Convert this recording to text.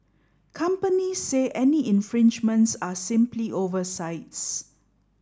companies say any infringements are simply oversights